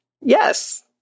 Yes